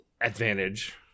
advantage